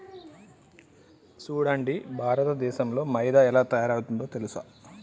సూడండి భారతదేసంలో మైదా ఎలా తయారవుతుందో తెలుసా